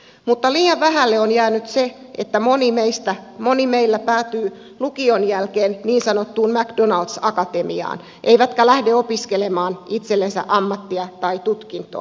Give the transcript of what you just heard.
mutta liian vähälle on jäänyt se että moni meillä päätyy lukion jälkeen niin sanottuun mcdonalds akatemiaan eikä lähde opiskelemaan itsellensä ammattia tai tutkintoa